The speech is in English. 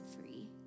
free